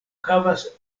havas